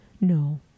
no